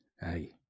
hey